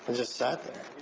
but just sat there.